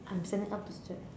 I'm standing up to stretch